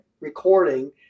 recording